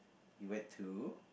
you went to